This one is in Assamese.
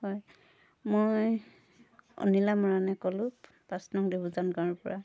হয় মই অনিলা মৰানে ক'লো পাঁচ নং গাঁৱৰ পৰা